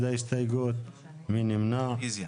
הצבעה לא אושרה רוויזיה.